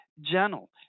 gentle